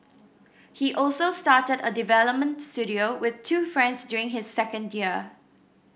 he also started a development studio with two friends during his second year